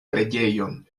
preĝejon